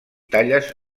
talles